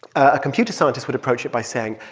a computer scientist would approach it by saying,